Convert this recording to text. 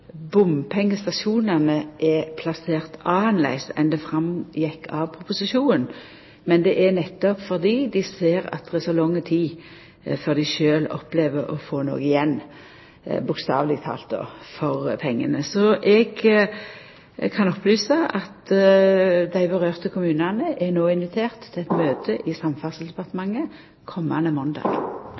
det tek så lang tid før dei sjølve opplever å få noko igjen, bokstavleg talt, for pengane. Eg kan opplysa at dei kommunane det gjeld, er inviterte til eit møte i Samferdselsdepartementet komande måndag.